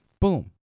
boom